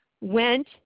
went